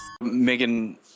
Megan